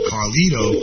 Carlito